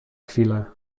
chwilę